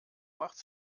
macht